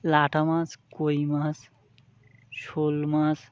লাটা মাছ কই মাছ শোল মাছ